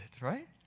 right